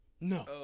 No